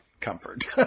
comfort